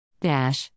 Dash